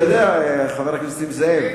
אתה יודע, חבר הכנסת נסים זאב,